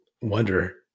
wonder